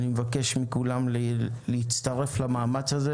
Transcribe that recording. אני מבקש מכולם להצטרף למאמץ הזה